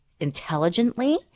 intelligently